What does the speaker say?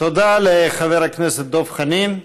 תודה לחבר הכנסת דב חנין.